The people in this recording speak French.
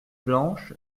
blanche